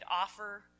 offer